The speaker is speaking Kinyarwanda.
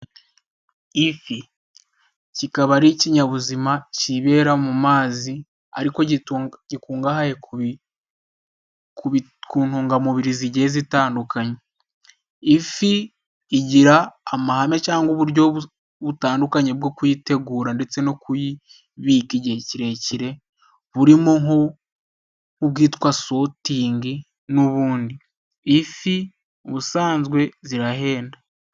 Ifi kikaba ari ikinyabuzima kibera mu mazi ariko gikungahaye ku ntungamubiri zigiye zitandukanyekanye. Ifi igira amahame cyangwa uburyo butandukanye bwo kuyitegura ndetse no kuyibika igihe kirekire burimo nk'ubwitwa sotingi n'ubundi. Ifi ubusanzwe zirahenda.